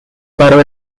paró